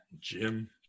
Jim